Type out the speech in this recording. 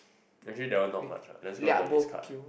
actually that one not much ah lets go to the next card